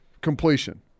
completion